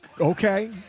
okay